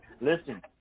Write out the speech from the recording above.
Listen